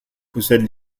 possède